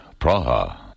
Praha